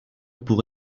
pour